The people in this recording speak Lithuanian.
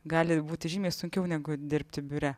gali būti žymiai sunkiau negu dirbti biure